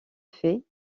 fait